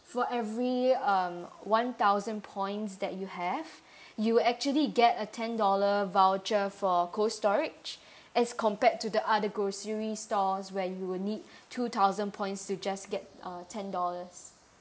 for every um one thousand points that you have you'll actually get a ten dollar voucher for cold storage as compared to the other grocery stores where you will need two thousand points to just get uh ten dollars